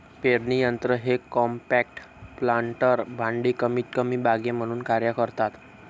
पेरणी यंत्र हे कॉम्पॅक्ट प्लांटर भांडी कमीतकमी बागे म्हणून कार्य करतात